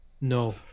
no